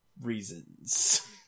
reasons